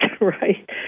right